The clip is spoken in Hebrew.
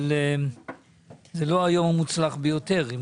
אבל זה לא היום המוצלח ביותר.